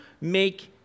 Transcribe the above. make